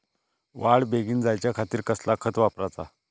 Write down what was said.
वाढ बेगीन जायच्या खातीर कसला खत वापराचा?